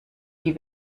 die